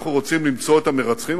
אנחנו רוצים למצוא את המרצחים,